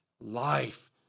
life